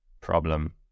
problem